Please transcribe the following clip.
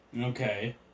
Okay